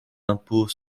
l’impôt